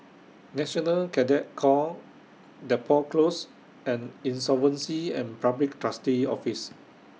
National Cadet Corps Depot Close and Insolvency and Public Trustee's Office